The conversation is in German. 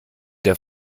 der